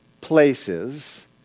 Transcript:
places